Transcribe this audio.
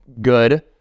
good